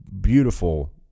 beautiful